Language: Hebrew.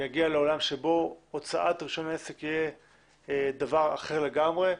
הוא יגיע לעולם שבו הוצאת רישיון עסק יהיה דבר אחר לגמרי,